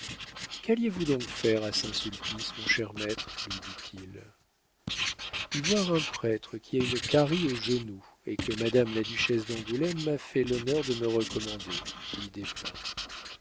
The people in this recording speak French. qualliez vous donc faire à saint-sulpice mon cher maître lui dit-il y voir un prêtre qui a une carie au genou et que madame la duchesse d'angoulême m'a fait l'honneur de me recommander dit